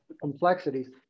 complexities